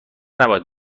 نباید